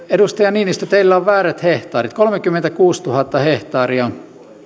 edustaja niinistö teillä on väärät hehtaarit kolmekymmentäkuusituhatta hehtaaria